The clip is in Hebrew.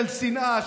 של שנאה,